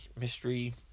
mystery